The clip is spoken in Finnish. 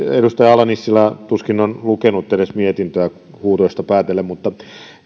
edustaja ala nissilä tuskin on edes lukenut mietintöä huudoista päätellen